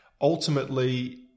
ultimately